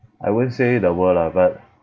I won't say the world lah but